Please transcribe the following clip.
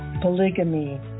polygamy